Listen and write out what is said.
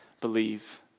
believe